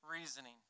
reasoning